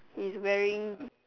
he's wearing